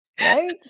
Right